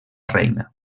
reina